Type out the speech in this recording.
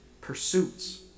pursuits